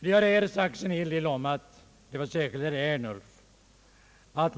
Det har här sagts, särskilt av herr Ernulf, att